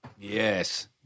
Yes